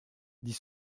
dit